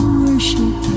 worship